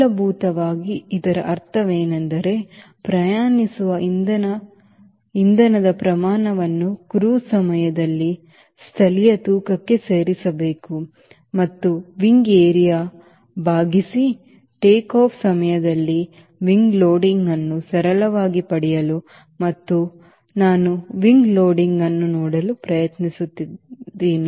ಮೂಲಭೂತವಾಗಿ ಇದರ ಅರ್ಥವೇನೆಂದರೆ ಪ್ರಯಾಣಿಸುವ ಇಂಧನದ ಪ್ರಮಾಣವನ್ನು ಕ್ರೂಸ್ ಸಮಯದಲ್ಲಿ ಸ್ಥಳೀಯ ತೂಕಕ್ಕೆ ಸೇರಿಸಬೇಕು ಮತ್ತು ರೆಕ್ಕೆ ಪ್ರದೇಶದಿಂದ ಭಾಗಿಸಿ ಟೇಕ್ಆಫ್ ಸಮಯದಲ್ಲಿ ರೆಕ್ಕೆ ಲೋಡಿಂಗ್ ಅನ್ನು ಸರಳವಾಗಿ ಪಡೆಯಲು ಮತ್ತು ನಾನು ರೆಕ್ಕೆ ಲೋಡಿಂಗ್ ಅನ್ನು ನೋಡಲು ಪ್ರಯತ್ನಿಸಿದರೆ